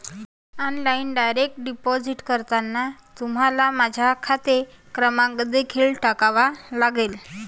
online direct deposit करताना तुम्हाला माझा खाते क्रमांक देखील टाकावा लागेल